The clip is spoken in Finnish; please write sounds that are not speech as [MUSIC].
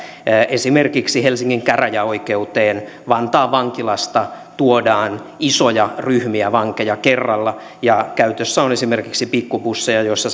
esimerkiksi helsingin käräjäoikeuteen vantaan vankilasta tuodaan isoja ryhmiä vankeja kerralla ja käytössä on esimerkiksi pikkubusseja joissa [UNINTELLIGIBLE]